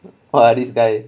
!wah! this guy